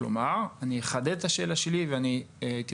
אני אחדד את השאלה שלי ואני הייתי